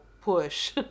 push